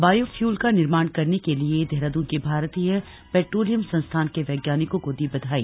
bio fuel का निर्माण करने के लिए देहरादून के भारतीय पेट्रोलियम संस्थान के वैज्ञानिकों को दी बधाई